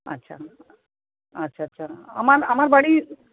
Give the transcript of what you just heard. আচ্ছা আচ্ছা আচ্ছা আমার আমার বাড়ি